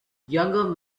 younger